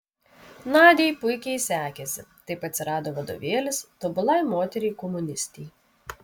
nadiai puikiai sekėsi taip atsirado vadovėlis tobulai moteriai komunistei